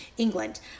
england